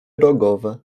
rogowe